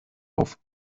auf